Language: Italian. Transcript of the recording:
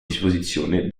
disposizione